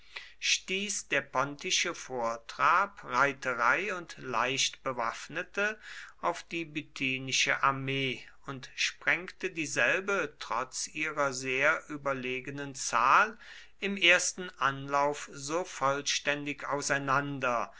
stieß der pontische vortrab reiterei und leichtbewaffnete auf die bithynische armee und sprengte dieselbe trotz ihrer sehr überlegenen zahl im ersten anlauf so vollständig auseinander